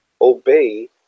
obey